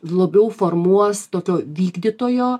labiau formuos tokio vykdytojo